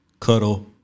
cuddle